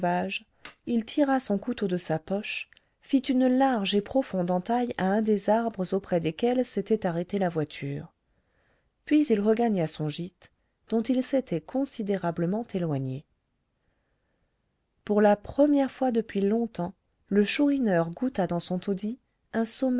il tira son couteau de sa poche fit une large et profonde entaille à un des arbres auprès desquels s'était arrêtée la voiture puis il regagna son gîte dont il s'était considérablement éloigné pour la première fois depuis longtemps le chourineur goûta dans son taudis un